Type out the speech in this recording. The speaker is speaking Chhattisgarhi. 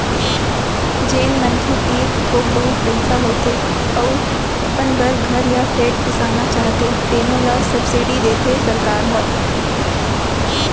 जेन मनखे तीर थोक बहुत पइसा होथे अउ अपन बर घर य फ्लेट बिसाना चाहथे तेनो ल सब्सिडी देथे सरकार ह